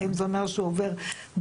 האם זה אומר שהוא עובר בלי?